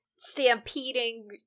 stampeding